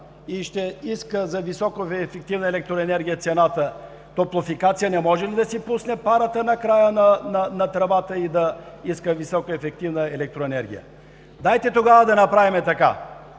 и ще иска цената за високоефективна електроенергия, „Топлофикация“ не може ли да си пусне парата накрая на тръбата и да иска високоефективна електроенергия? Дайте тогава да направим така,